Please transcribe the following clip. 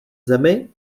zemi